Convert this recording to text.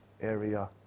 area